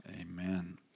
Amen